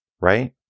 right